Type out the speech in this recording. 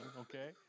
Okay